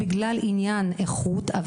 בגלל עניין האיכות,